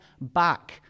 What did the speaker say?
back